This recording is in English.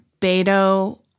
Beto